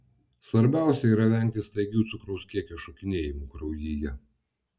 svarbiausia yra vengti staigių cukraus kiekio šokinėjimų kraujyje